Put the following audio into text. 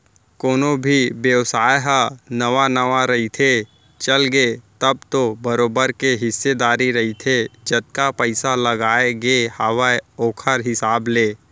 कोनो भी बेवसाय ह नवा नवा रहिथे, चलगे तब तो बरोबर के हिस्सादारी रहिथे जतका पइसा लगाय गे हावय ओखर हिसाब ले